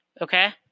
Okay